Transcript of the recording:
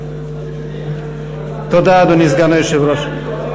תודה, אדוני, סגן היושב-ראש.